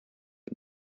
and